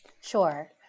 Sure